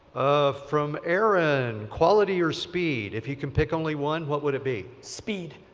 from aaron, quality or speed, if you can pick only one what would it be? speed.